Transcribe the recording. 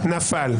נפל.